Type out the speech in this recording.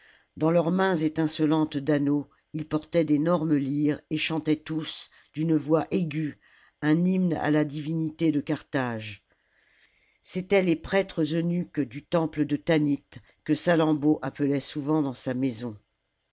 dans leurs mains étincelantes d'anneaux ils portaient d'énormes lyres et chantaient tous d'une voix aiguë un hymne à la divmité de carthage c'étaient les prêtres eunuques du temple de tanit que salammbô appelait souvent dans sa maison